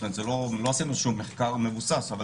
לא עשינו איזה מחקר מבוסס אבל